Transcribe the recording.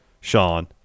Sean